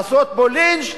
לעשות בו לינץ',